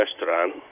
restaurant